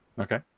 Okay